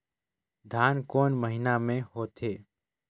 धान कोन महीना मे होथे?